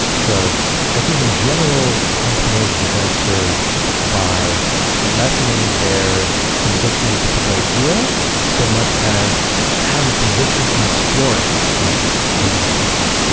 so i think, in general, entrepreneurs would be better served by lessening their conviction in a particular idea so much as having conviction in exploring an idea, which i think is different.